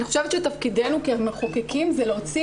אני חושבת שתפקידנו כמחוקקים זה להוציא